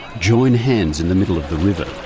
join hands in the middle of the river.